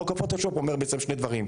חוק הפוטושופ אומר שני דברים: